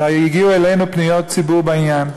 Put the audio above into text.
הגיעו אלינו פניות ציבור בעניין: